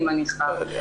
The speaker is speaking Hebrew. אני מניחה,